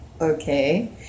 Okay